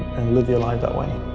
and live your life that way